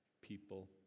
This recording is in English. people